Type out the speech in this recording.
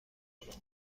پرداخت